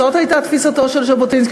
זאת הייתה תפיסתו של ז'בוטינסקי.